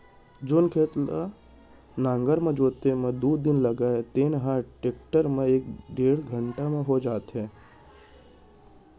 जेन खेत ल नांगर म जोते म दू दिन लागय तेन ह टेक्टर म एक डेढ़ घंटा म हो जात हे